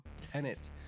Tenet